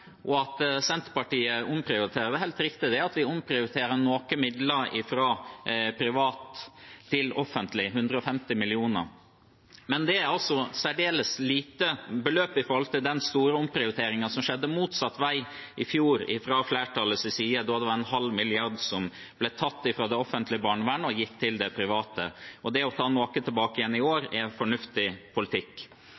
og at Senterpartiet omprioriterer. Det er helt riktig at vi omprioriterer noen midler fra det private til det offentlige – 150 mill. kr. Men det er et særdeles lite beløp i forhold til den store omprioriteringen som skjedde motsatt vei i fjor fra flertallets side. Da ble det tatt 500 mill. kr fra det offentlige barnevernet og gitt til de private. Det å ta noe tilbake igjen i år